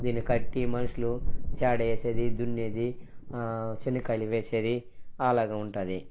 దీన్ని కట్టి మనుషులు చాడ వేసేది దున్నేది శనగకాయలు వేసేది అలాగ ఉంటుంది